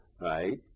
right